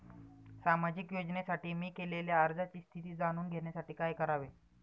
सामाजिक योजनेसाठी मी केलेल्या अर्जाची स्थिती जाणून घेण्यासाठी काय करावे?